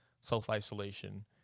self-isolation